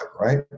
right